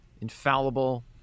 infallible